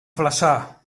flaçà